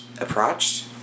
approached